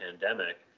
pandemic